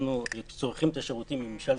אנחנו צורכים את השירותים משני הצדדים.